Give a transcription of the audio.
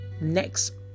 next